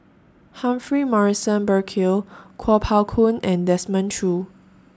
Humphrey Morrison Burkill Kuo Pao Kun and Desmond Choo